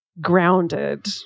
grounded